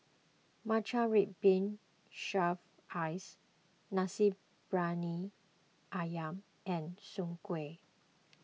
Matcha Red Bean Shaved Ice Nasi Briyani Ayam and Soon Kway